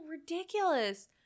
ridiculous